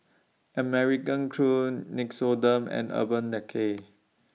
American Crew Nixoderm and Urban Decay